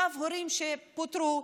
הורים שפוטרו,